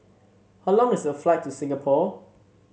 how long is the flight to Singapore